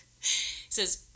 says